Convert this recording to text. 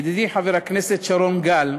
ידידי חבר הכנסת שרון גל,